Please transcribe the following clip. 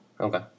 Okay